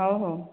ହଉ ହଉ